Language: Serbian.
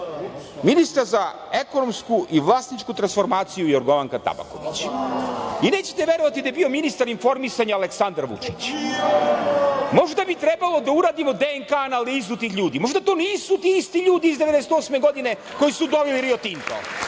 Ministar za ekonomsku i vlasničku transformaciju Jorgovanka Tabaković. Nećete verovati da je bio ministar informisanja Aleksandar Vučić. Možda bi trebalo da uradimo DNK analizu tih ljudi, možda to nisu ti isti ljudi iz 1998. godine koji su doveli Rio Tinto,